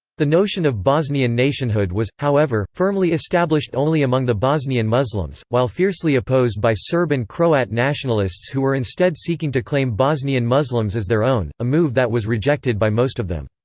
the notion of bosnian nationhood was, however, firmly established only among the bosnian muslims, while fiercely opposed by serb and croat nationalists who were instead seeking to claim bosnian muslims as their own, a move that was rejected by most of them.